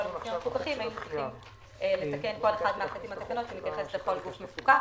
התקנות אושרו.